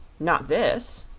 not this,